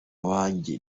wanjye